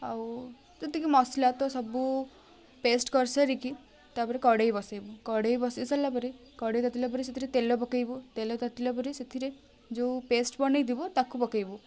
ଆଉ ଯେତିକି ମସଲା ତ ସବୁ ପେଷ୍ଟ କରି ସାରିକି ତା ପରେ କଡ଼ାଇ ବସାଇବୁ କଡ଼ାଇ ବସାଇ ସାରିଲା ପରେ କଡ଼ାଇ ତାତିଲା ପରେ ସେଥିରେ ତେଲ ପକାଇବୁ ତେଲ ତାତିଲା ପରେ ସେଥିରେ ଯେଉଁ ପେଷ୍ଟ ବନାଇଥିବୁ ତାକୁ ପକାଇବୁ